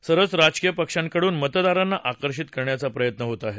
सर्वच राजकीय पक्षांकडून मतदारांना आकर्षित करण्याचा प्रयत्न होत आहे